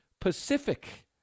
Pacific